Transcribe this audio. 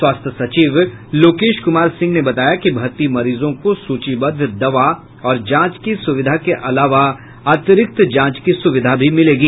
स्वास्थ्य सचिव लोकेश कुमार सिंह ने बताया कि भर्ती मरीजों को सूचीबद्ध दवा और जांच की सूविधा के अलावा अतिरिक्त जांच की सूविधा भी मिलेगी